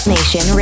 Nation